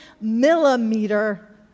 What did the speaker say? millimeter